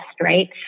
right